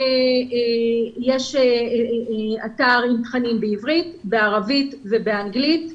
יש אתר עם תכנים בעברית, בערבית ובאנגלית.